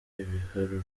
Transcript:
ibiharuro